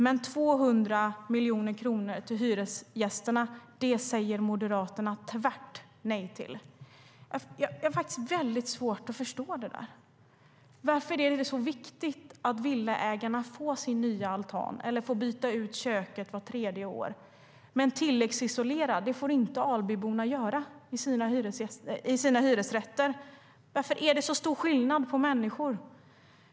Men 200 miljoner kronor till hyresgästerna säger Moderaterna tvärt nej till. Jag har faktiskt väldigt svårt att förstå det. Varför är det så viktigt att villaägarna får sin nya altan eller får byta ut köket vart tredje år? Albyborna får inte tilläggsisolera i sina hyresrätter. Varför är det så stor skillnad på människor?